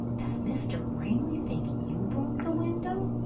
does mr. ringley think you broke the window?